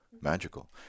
magical